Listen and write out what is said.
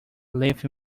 live